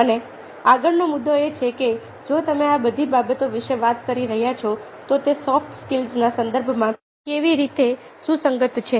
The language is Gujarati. અને આગળનો મુદ્દો એ છે કે જો તમે આ બધી બાબતો વિશે વાત કરી રહ્યા છો તો તે સોફ્ટ સ્કિલ્સના સંદર્ભમાં કેવી રીતે સુસંગત છે